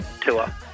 tour